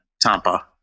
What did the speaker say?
Tampa